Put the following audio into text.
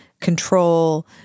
control